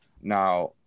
Now